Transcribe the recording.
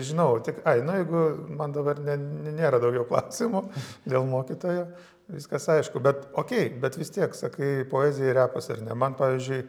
žinau tik ai nu jeigu man dabar ne nėra daugiau klausimų dėl mokytojo viskas aišku bet okei bet vis tiek sakai poezija ir repas ar ne man pavyzdžiui